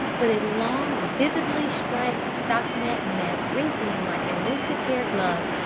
with a long vividly striped stockinet neck wrinkling like a mousquetaire glove,